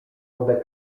wodę